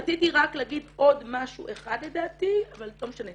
רציתי רק להגיד עוד משהו אחד לדעתי אבל לא משנה,